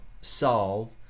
solve